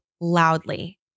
loudly